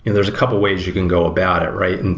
there's a couple of ways you can go about it, right? and